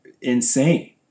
insane